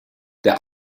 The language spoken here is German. der